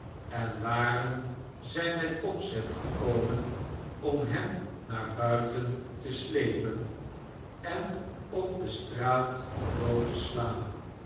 en waren zij met opzet gekomen om hem naar buiten te slepen en op de straat dood te slaan